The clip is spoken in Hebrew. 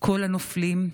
כל הנופלים,